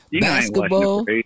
basketball